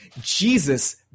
Jesus